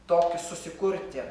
tokį susikurti